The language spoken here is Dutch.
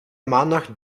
maandag